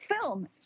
film